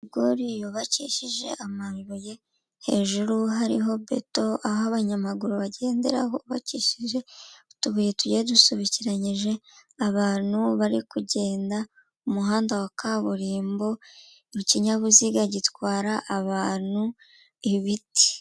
Rigori yubakishije amabuye hejuru hariho beto aho abanyamaguru bagendera hubakikije utubuye tugiye dusobekeranyije, abantu bari kugenda, umuhanda wa kaburimbo, ikinyabiziga gitwara abantu, ibiti.